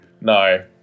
No